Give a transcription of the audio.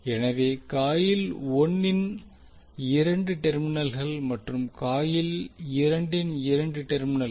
எனவே காயில் 1 இன் இரண்டு டெர்மினல்கள் மற்றும் காயில் 2 இன் இரண்டு டெர்மினல்கள்